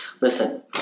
Listen